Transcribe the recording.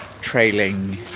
trailing